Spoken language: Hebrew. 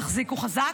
תחזיקו חזק,